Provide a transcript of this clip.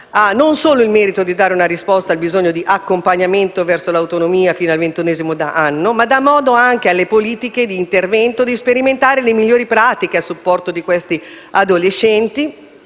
non solo il merito di dare una risposta al bisogno di accompagnamento verso l'autonomia fino al ventunesimo anno, ma dà modo anche alle politiche di intervento di sperimentare le migliori pratiche a supporto di questi adolescenti,